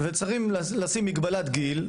צריך לשים מגבלת גיל,